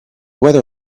weather